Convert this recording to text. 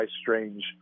strange